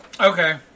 Okay